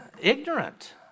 ignorant